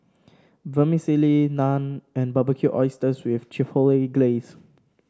Vermicelli Naan and Barbecued Oysters with Chipotle Glaze